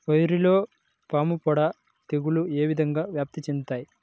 వరిలో పాముపొడ తెగులు ఏ విధంగా వ్యాప్తి చెందుతాయి?